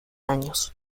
años